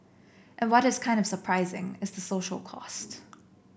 and what is kind of surprising is the social cost